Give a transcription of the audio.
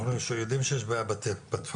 אנחנו יושבים שיש בעיה בתפרים.